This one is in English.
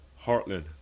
Heartland